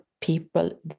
people